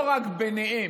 לא רק ביניהם,